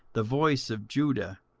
the voice of judah,